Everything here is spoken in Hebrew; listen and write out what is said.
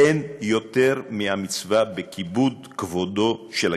אין יותר ממצוות כיבוד כבודו של הגר.